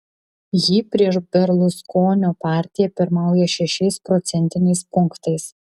ji prieš berluskonio partiją pirmauja šešiais procentiniais punktais